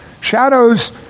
shadows